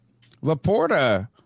Laporta